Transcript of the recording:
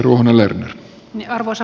arvoisa puhemies